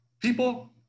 People